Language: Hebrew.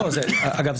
אגב,